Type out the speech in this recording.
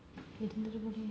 இருந்து இருக்கும்:irunthu irukum